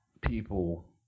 people